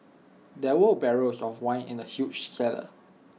there were barrels of wine in the huge cellar